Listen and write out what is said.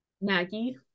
Maggie